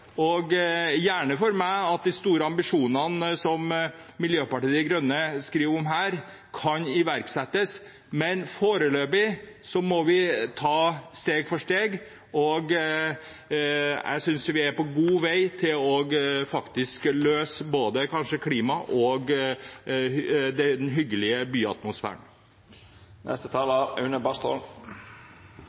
Gjerne for meg – at de store ambisjonene som Miljøpartiet De Grønne skriver om her, kan iverksettes, men foreløpig må vi ta steg for steg. Jeg synes vi er på god vei til å løse både klimautfordringen og den hyggelige byatmosfæren. I byer på bilens premisser står bussen i rushtidskø, og